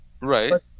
right